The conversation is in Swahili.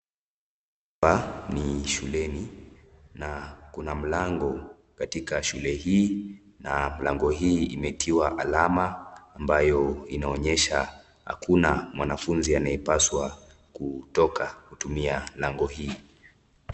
Hapa ni shuleni na kuna mlango katika shule hii na mlango hii imetiwa alama ambayo inaonyesha hakuna mwanafunzi anayepaswa kutoka kutumia lango hii.